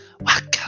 Welcome